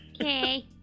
Okay